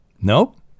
Nope